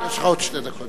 יש לך עוד שתי דקות,